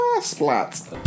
Splat